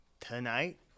tonight